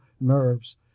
nerves